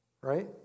right